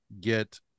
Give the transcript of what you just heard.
get